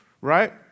right